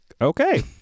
okay